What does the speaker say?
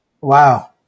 Wow